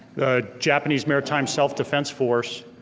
the japanese maritime self defense force,